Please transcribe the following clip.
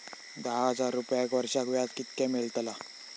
दहा हजार रुपयांक वर्षाक व्याज कितक्या मेलताला?